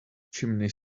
chimney